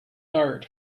dart